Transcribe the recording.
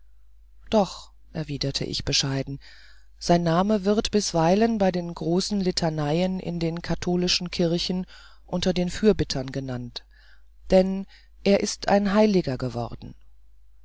doch erwiderte ich bescheiden sein name wird bisweilen bei den großen litaneien in den katholischen kirchen unter den fürbittern genannt denn er ist ein heiliger geworden